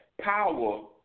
power